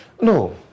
No